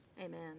Amen